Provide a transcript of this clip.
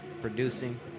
producing